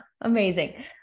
Amazing